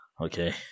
Okay